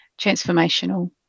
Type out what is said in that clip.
transformational